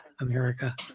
America